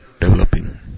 developing